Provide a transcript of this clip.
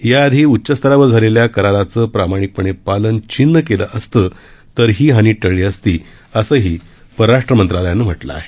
याआधी उच्चस्तरावर झालेल्या कराराचं प्रामाणिकपणे पालन चीननं केलं असतं तर ही हानी टळली असती असंही परराष्ट्र मंत्रालयानं म्हटलंय